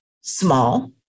small